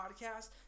podcast